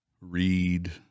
read